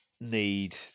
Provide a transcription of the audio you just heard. need